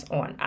on